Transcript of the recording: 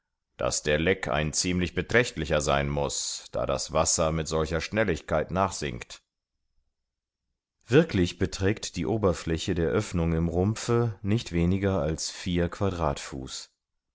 daß der leck ein ziemlich beträchtlicher sein muß da das wasser mit solcher schnelligkeit nachsinkt wirklich beträgt die oberfläche der oeffnung im rumpfe nicht weniger als vier